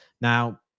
Now